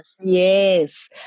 Yes